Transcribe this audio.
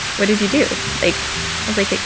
what did you do? like i was like, ah